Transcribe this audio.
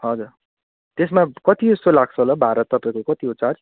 हजुर त्यसमा कति जस्तो लाग्छ होला हो भाडा तपाईँको कति हो चार्ज